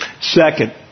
Second